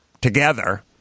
together